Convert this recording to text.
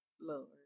Lord